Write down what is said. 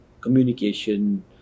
communication